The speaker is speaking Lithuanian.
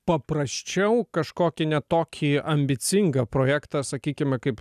paprasčiau kažkokį ne tokį ambicingą projektą sakykime kaip